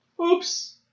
Oops